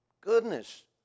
goodness